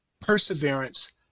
perseverance